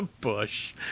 Bush